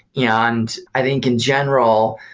yeah and i think in general,